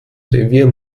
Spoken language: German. revier